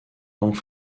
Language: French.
langue